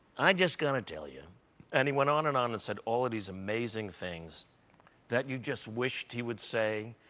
i just got to tell you and he went on and on and said all these amazing things that you just wished he would say,